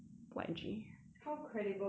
how credible is this news